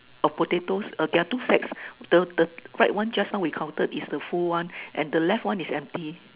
of potatoes uh there are two sacks the the the right one just now we counted it the full one and the left one is empty